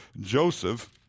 Joseph